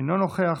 אינו נוכח,